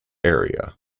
area